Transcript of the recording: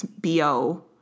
bo